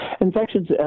Infections